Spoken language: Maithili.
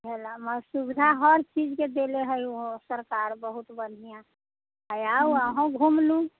हेलामे सुविधा हर चीजके देले हइ ओ सरकार बहुत बढ़िआँ आउ अहूँ घुमि लू